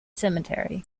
cemetery